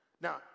Now